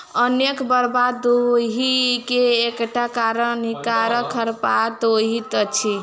अन्नक बर्बाद होइ के एकटा कारण हानिकारक खरपात होइत अछि